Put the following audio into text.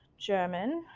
german,